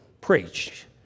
preach